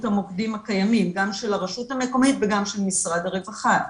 המוקדים הקיימים - גם של הרשות המקומית וגם של משרד הרווחה.